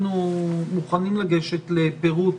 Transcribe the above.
אנחנו מוכנים לגשת לפירוט